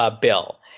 bill